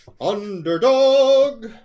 Underdog